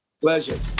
pleasure